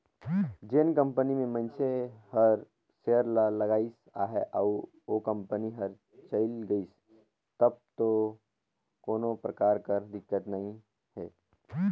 जेन कंपनी में मइनसे हर सेयर ल लगाइस अहे अउ ओ कंपनी हर चइल गइस तब दो कोनो परकार कर दिक्कत नी हे